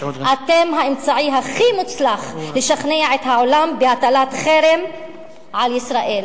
אתם האמצעי הכי מוצלח לשכנע את העולם בהטלת חרם על ישראל.